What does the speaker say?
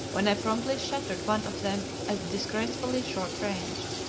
when i promptly shattered one of them at disgracefully short range.